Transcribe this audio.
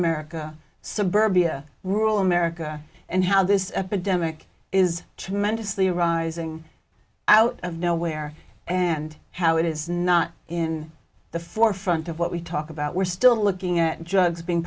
america suburbia rural america and how this epidemic is tremendously arising out of nowhere and how it is not in the forefront of what we talk about we're still looking at drugs being